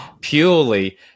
purely